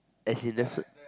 as in that's